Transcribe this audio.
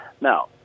Now